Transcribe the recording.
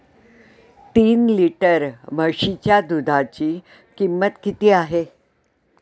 तीन लिटर म्हशीच्या दुधाची किंमत किती आहे?